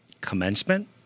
commencement